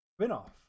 spin-off